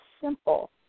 simple